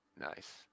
nice